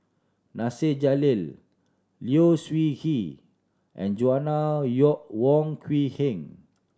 Nasir Jalil Low Siew Nghee and Joanna Wong Quee Heng